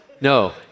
No